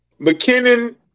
McKinnon